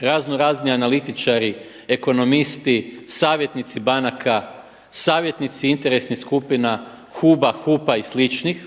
raznorazni analitičari, ekonomisti, savjetnici banaka, savjetnici interesnih skupina, HUB-a, HUP-a i sličnih